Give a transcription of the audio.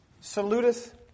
Saluteth